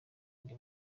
ndi